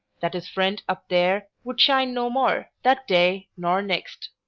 that his friend up there, would shine no more that day nor next.